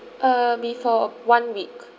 uh before one week